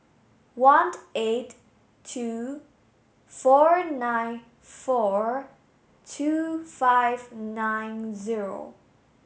one eight two four nine four two five nine zero